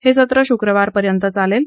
हे सत्र शुक्रवार पर्यंत चालेल